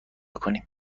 کنیم